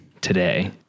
today